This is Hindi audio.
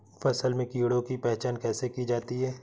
फसल में कीड़ों की पहचान कैसे की जाती है?